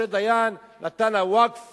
משה דיין נתן לווקף